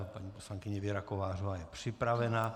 Paní poslankyně Věra Kovářová je připravena.